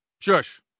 Shush